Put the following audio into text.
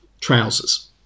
trousers